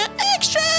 Extra